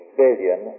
billion